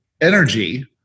energy